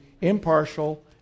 impartial